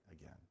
again